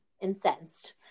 incensed